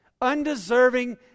undeserving